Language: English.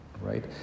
Right